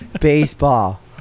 Baseball